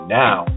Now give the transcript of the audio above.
now